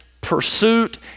pursuit